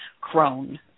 crone